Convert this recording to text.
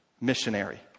missionary